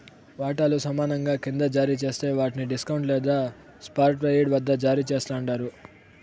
వాటాలు సమానంగా కింద జారీ జేస్తే వాట్ని డిస్కౌంట్ లేదా పార్ట్పెయిడ్ వద్ద జారీ చేస్తండారు